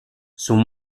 sont